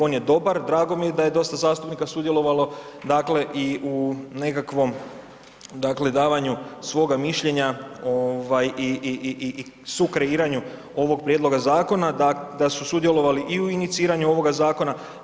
On je dobar, drago mi je da je dosta zastupnika sudjelovalo i nekakvom davanju svoga mišljenja i sukreiranju ovog prijedloga zakona, da su sudjelovali i u iniciranju ovoga zakona.